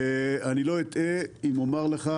אני לא אטעה אם אומר לך,